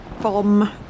bomb